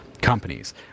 companies